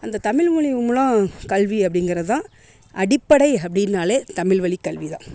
அந்த தமிழ் மொழி மூலம் கல்வி அப்படிங்கிறது தான் அடிப்படை அப்படினாலே தமிழ் வழிக் கல்வி தான்